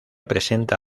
presenta